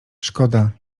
szkoda